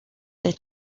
there